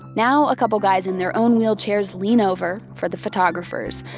now a couple guys in their own wheelchairs lean over, for the photographers,